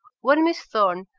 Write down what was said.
when miss thorne,